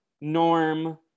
norm